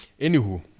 Anywho